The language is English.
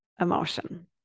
emotion